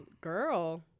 girl